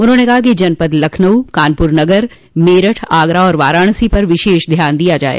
उन्होंने कहा कि जनपद लखनऊ कानपुर नगर मेरठ आगरा और वाराणसी पर विशेष ध्यान दिया जाये